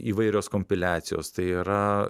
įvairios kompiliacijos tai yra